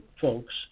folks